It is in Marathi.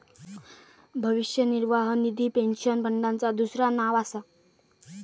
भविष्य निर्वाह निधी पेन्शन फंडाचा दुसरा नाव असा